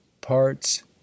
Parts